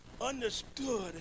understood